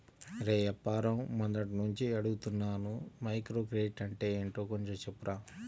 రేయ్ అప్పారావు, మొన్నట్నుంచి అడుగుతున్నాను మైక్రోక్రెడిట్ అంటే ఏంటో కొంచెం చెప్పురా